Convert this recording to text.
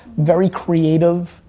very creative,